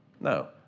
No